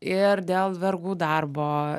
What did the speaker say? ir dėl vergų darbo